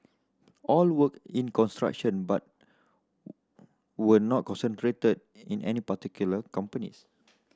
all worked in construction but were not concentrated in any particular companies